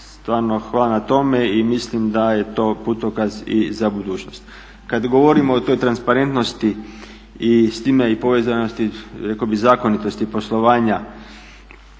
stvarno hvala na tome i mislim da je to putokaz i za budućnost. Kada govorimo o toj transparentnosti i s time i povezanosti rekao bih zakonitosti poslovanja